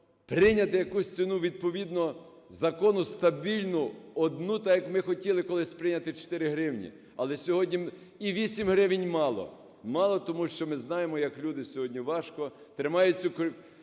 прийняти якусь ціну відповідно закону стабільну одну, так як ми хотіли колись прийняти 4 гривні. Але сьогодні і 8 гривень мало. Мало тому, що ми знаємо, як люди сьогодні важко тримають цю корівку